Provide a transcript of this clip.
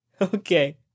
okay